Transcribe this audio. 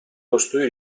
costui